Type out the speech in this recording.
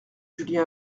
julien